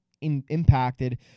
impacted